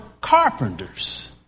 carpenters